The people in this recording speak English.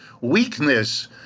weakness